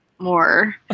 more